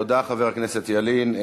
תודה, חבר הכנסת ילין.